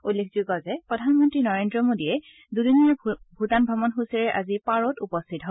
উল্লেখযোগ্য যে প্ৰধানমন্ত্ৰী নৰেন্দ্ৰ মোডীয়ে দুদিনীয়া ভূটান ভ্ৰমণ সূচীৰে আজি পাৰোত উপস্থিত হয়